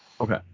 Okay